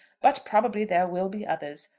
but probably there will be others.